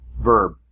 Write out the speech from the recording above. verb